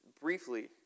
briefly